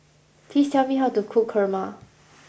please tell me how to cook kurma